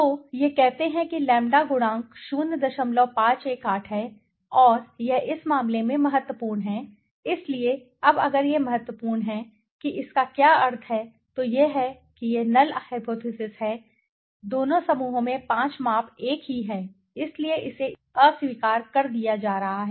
तो यह कहते हैं कि लैंबडा गुणांक 518 है और यह इस मामले में महत्वपूर्ण है इसलिए अब अगर यह महत्वपूर्ण है कि इसका क्या अर्थ है तो यह है कि नल हाइपोथिसिस है कि दोनों समूहों में 5 माप एक ही हैं इसलिए इसे अस्वीकार कर दिया जा रहा है